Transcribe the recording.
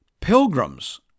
pilgrims